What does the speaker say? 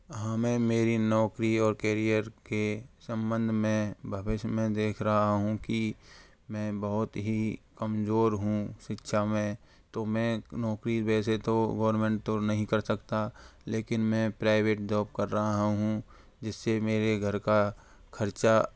हाँ मैं मेरी नौकरी और केरियर के संबंध में भविष्य में देख रहा हूँ कि मैं बहुत ही कमज़ोर हूँ शिक्षा में तो मैं नौकरी वैसे तो गवर्मेंट तो नहीं कर सकता लेकिन मैं प्राइवेट जॉब कर रहा हूँ जिससे मेरे घर का खर्चा